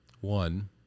One